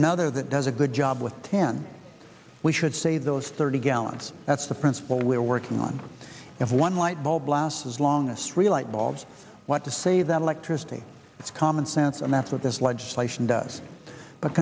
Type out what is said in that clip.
another that does a good job with ten we should save those thirty gallons that's the principle we're working on if one lightbulb lasts as long as three lightbulbs want to say that electricity is common sense and that's what this legislation does but